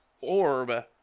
orb